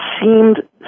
seemed